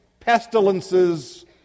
Pestilences